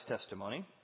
testimony